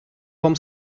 вам